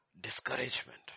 discouragement